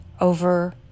over